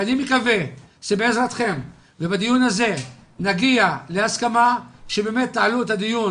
אני מקווה שבעזרתכם ובדיון הזה נגיע להסכמה שבאמת תעלו את הדיון